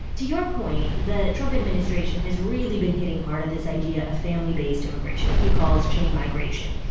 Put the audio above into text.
to your point, the trump administration has really been hitting hard at this idea of family-based immigration what he calls chain migration.